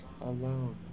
alone